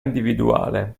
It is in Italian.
individuale